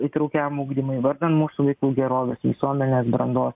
įtraukiam ugdymui vardan mūsų vaikų gerovės visuomenės brandos